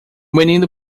menino